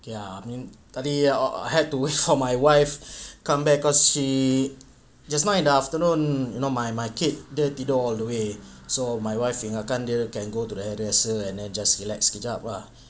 ya I mean tadi ya I had to wait for my wife come back cause she just now in the afternoon you know my my kid dia tidur all the way so my wife ingatkan dia can go to the hairdresser and then just relax kejap lah